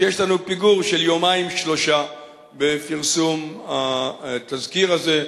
שיש לנו פיגור של יומיים-שלושה בפרסום התזכיר הזה,